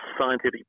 scientific